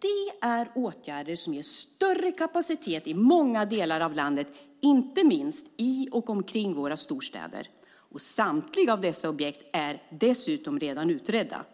Det är åtgärder som ger större kapacitet i många delar av landet, inte minst i och omkring våra storstäder. Samtliga av dessa objekt är dessutom redan utredda.